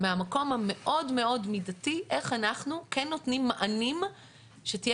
מהמקום המאוד מידתי איך אנחנו כן נותנים מענים שתהיה